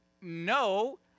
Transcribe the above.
no